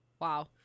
Wow